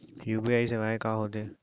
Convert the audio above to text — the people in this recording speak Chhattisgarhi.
यू.पी.आई सेवाएं का होथे?